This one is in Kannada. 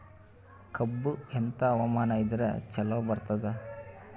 ಕಬ್ಬು ಎಂಥಾ ಹವಾಮಾನ ಇದರ ಚಲೋ ಬರತ್ತಾದ?